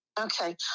Okay